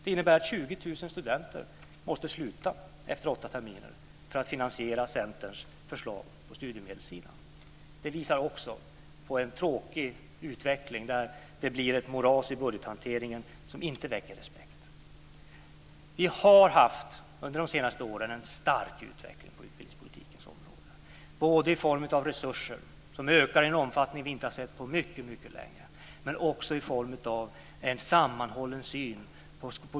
Det innebär att 20 000 studenter måste sluta efter åtta terminer för att finansiera Centerns förslag på studiemedelssidan. Det visar också på en tråkig utveckling, där det blir ett moras i budgethanteringen som inte väcker respekt.